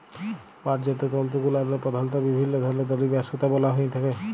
পাটজাত তলতুগুলাল্লে পধালত বিভিল্ল্য ধরলের দড়ি বা সুতা বলা হ্যঁয়ে থ্যাকে